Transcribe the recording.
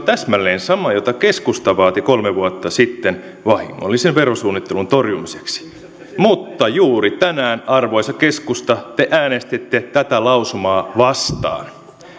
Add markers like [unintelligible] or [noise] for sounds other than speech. [unintelligible] täsmälleen sama jota keskusta vaati kolme vuotta sitten vahingollisen verosuunnittelun torjumiseksi mutta juuri tänään arvoisa keskusta te äänestitte tätä lausumaa vastaan